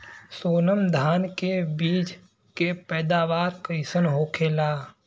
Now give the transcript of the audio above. सोनम धान के बिज के पैदावार कइसन होखेला?